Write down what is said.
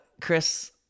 Chris